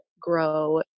grow